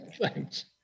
Thanks